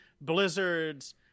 Blizzard's